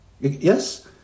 yes